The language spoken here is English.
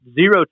zero